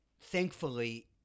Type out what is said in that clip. thankfully